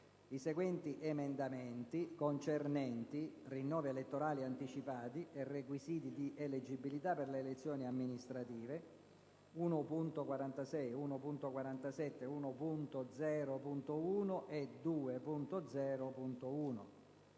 i seguenti emendamenti concernenti i rinnovi elettorali anticipati e i requisiti di eleggibilità per le elezioni amministrative: 1.46, 1.47, 1.0.1 e 2.0.1.